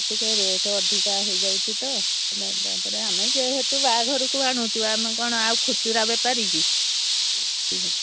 ଟିକେ ରେଟ୍ ଅଧିକା ହେଇଯାଉଛି ତ ତା'ପରେ ଆମେ ଯେହେତୁ ବାହାଘରକୁ ଆଣୁଛୁ ଆମେ କ'ଣ ଆଉ ଖୁଚୁରା ବେପାରୀ କି